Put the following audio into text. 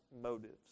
motives